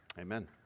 Amen